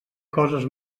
coses